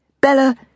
Bella